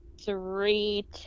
three